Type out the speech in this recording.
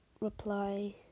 reply